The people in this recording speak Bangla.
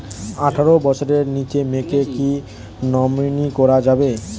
আঠারো বছরের নিচে মেয়েকে কী নমিনি করা যাবে?